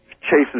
chases